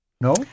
No